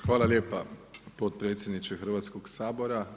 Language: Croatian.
Hvala lijepa potpredsjedniče Hrvatskog sabora.